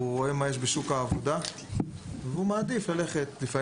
רואה מה יש בשוק העבודה ומעדיף לפעמים